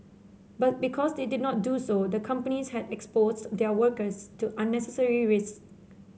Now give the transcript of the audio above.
but because they did not do so the companies had exposed their workers to unnecessary risks